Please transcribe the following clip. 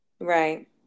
right